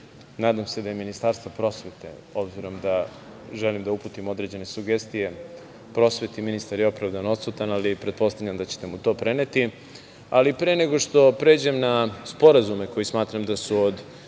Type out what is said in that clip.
nadam se da je Ministarstvo prosvete obzirom da želim da uputim određene sugestije prosveti, ministar je opravdano odsutan, ali pretpostavljam da ćete mu to preneti. Pre nego što pređem na sporazume za koje smatram da su od